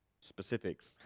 specifics